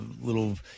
little